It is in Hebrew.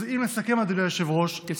אז אם נסכם, אדוני היושב-ראש, תסכם.